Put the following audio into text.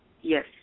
yes